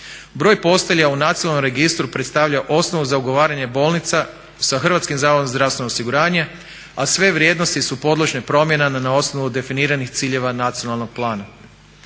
Broj postelja u nacionalnom registru predstavlja osnovu za ugovaranje bolnica sa Hrvatskim zavodom za zdravstveno osiguranje a sve vrijednosti su podložne promjenama na osnovu definiranih ciljeva nacionalnog plana.